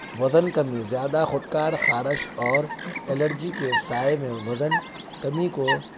وزن کمی زیادہ خود کار خارش اور الرجی کے سائے میں وزن کمی کو